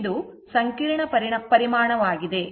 ಆದ್ದರಿಂದ j 2 1 ಇದು ಸಂಕೀರ್ಣ ಪರಿಮಾಣವಾಗಿದೆ